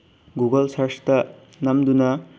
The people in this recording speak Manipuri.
ꯒꯨꯒꯜ ꯁꯔ꯭ꯁꯇ ꯅꯝꯗꯨꯅ